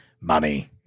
Money